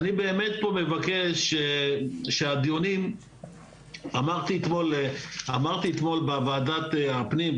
אמרתי אתמול בוועדת הפנים,